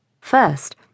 First